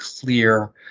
clear